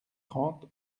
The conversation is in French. trente